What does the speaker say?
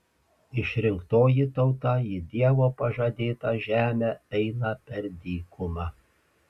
išrinktoji tauta į dievo pažadėtą žemę eina per dykumą